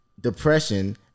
depression